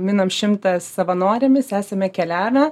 minam šimtą savanorėmis esame keliavę